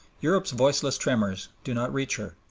europe's voiceless tremors do not reach her.